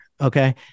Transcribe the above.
Okay